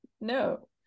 no